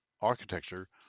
architecture